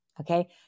Okay